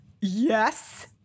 yes